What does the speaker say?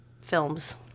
films